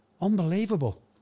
Unbelievable